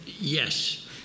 Yes